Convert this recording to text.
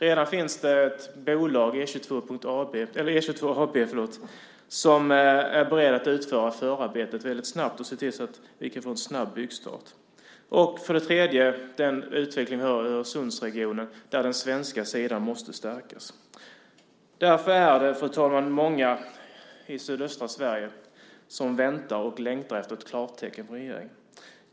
Redan finns det ett bolag, E 22 AB, som är berett att utföra förarbetet väldigt snabbt och se till att vi kan få en snabb byggstart. För det tredje är det utvecklingen av Öresundsregionen, där den svenska sidan måste stärkas. Därför är det, fru talman, många i sydöstra Sverige som väntar på och längtar efter ett klartecken från regeringen.